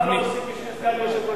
מה לא עושים בשביל סגן יושב-ראש הכנסת.